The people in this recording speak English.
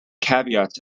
caveats